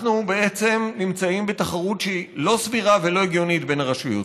אנחנו בעצם נמצאים בתחרות שהיא לא סבירה ולא הגיונית בין הרשויות.